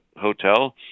hotel